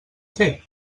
fer